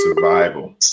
survival